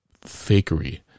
fakery